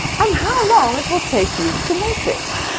and how long it will take you to make this.